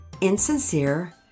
insincere